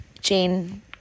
Jane